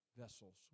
vessels